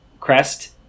crest